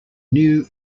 new